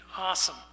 awesome